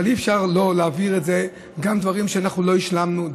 אבל אי-אפשר לא להביא גם דברים שאנחנו לא השלמנו,